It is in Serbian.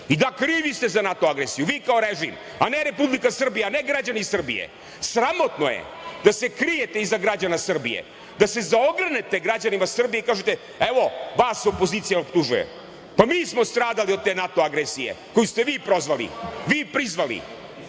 i da, krivi ste za NATO agresiju, vi kao režim, a ne Republika Srbija, a ne građani Srbije. Sramotno je da se krijete iz građana Srbije, da se zaogrnete građanima Srbije i kažete – evo, vas opozicija optužuje. Pa, mi smo stradali od te NATO agresije, koju ste vi prozvali, vi prizvali,